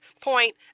point